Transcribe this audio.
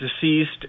deceased